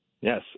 Yes